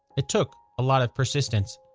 it took a lot of persistence.